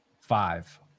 Five